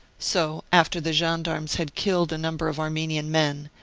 so after the gendarmes had killed a number of armenian men,